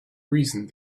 reason